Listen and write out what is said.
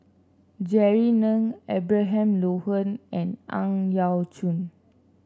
Jerry Ng Abraham Logan and Ang Yau Choon